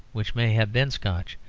which may have been scotch.